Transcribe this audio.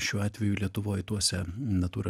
šiuo atveju lietuvoj tuose natūra